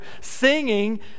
singing